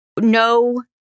No